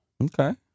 Okay